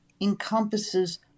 encompasses